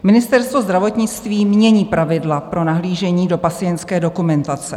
Ministerstvo zdravotnictví mění pravidla pro nahlížení do pacientské dokumentace.